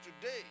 today